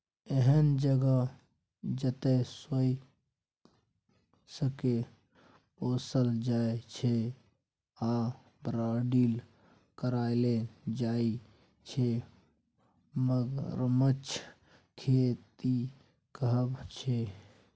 एहन जगह जतय सोंइसकेँ पोसल जाइ छै आ ब्रीडिंग कराएल जाइ छै मगरमच्छक खेती कहय छै